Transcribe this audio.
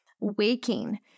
Waking